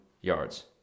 yards